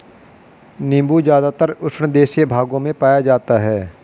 नीबू ज़्यादातर उष्णदेशीय भागों में पाया जाता है